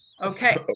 okay